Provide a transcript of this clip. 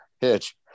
Hitch